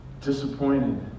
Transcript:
disappointed